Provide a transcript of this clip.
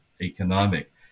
economic